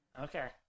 Okay